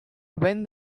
when